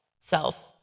self